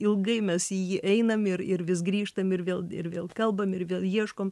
ilgai mes į jį einam ir ir vis grįžtam ir vėl ir vėl kalbam ir vėl ieškom